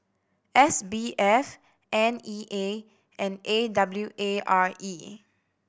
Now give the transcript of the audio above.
S B F N E A and A W A R E